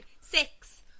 Six